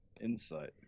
Insight